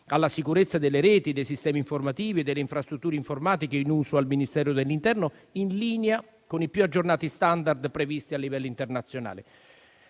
alla sicurezza delle reti dei sistemi informativi e delle infrastrutture informatiche in uso al Ministero dell'interno, in linea con i più aggiornati *standard* previsti a livello internazionale.